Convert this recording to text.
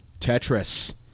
Tetris